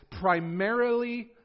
primarily